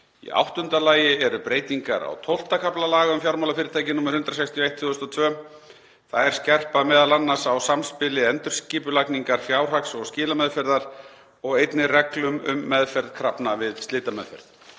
Í áttunda lagi eru breytingar á XII. kafla laga um fjármálafyrirtæki nr. 161/2002. Þær skerpa m.a. á samspili endurskipulagningar fjárhags og skilameðferðar og einnig reglum um meðferð krafna við slitameðferð.